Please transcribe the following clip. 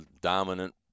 dominant